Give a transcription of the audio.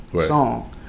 song